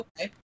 Okay